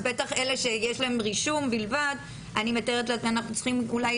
אז בטח אלה שיש להן רישום בלבד - אנחנו צריכים אולי